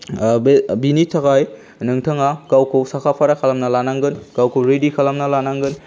बे बिनि थाखाय नोंथाङा गावखौ साखा फारा खालामना लानांगोन गावखौ रेडि खालामना लानांगोन